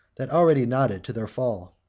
that already nodded to their fall.